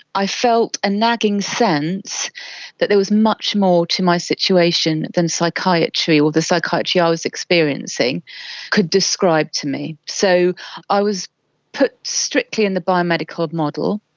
i felt a nagging sense that there was much more to my situation than psychiatry or the psychiatry i was experiencing could describe to me. so i was put strictly in the biomedical model,